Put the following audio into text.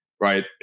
right